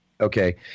okay